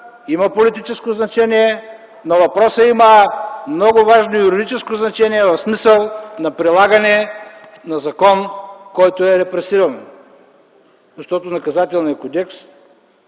има политическо значение, но има и много важно юридическо значение в смисъл на прилагане на закон, който е репресивен. Наказателният кодекс